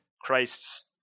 Christ's